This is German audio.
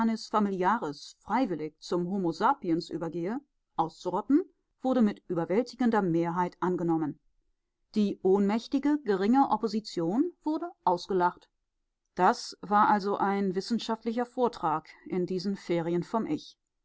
familiaris freiwillig zum homo sapiens übergehe auszurotten wurde mit überwältigender mehrheit angenommen die ohnmächtige geringe opposition wurde ausgelacht das war also ein wissenschaftlicher vortrag in diesen ferien vom ich